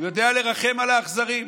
הוא יודע לרחם על האכזרים,